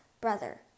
Brother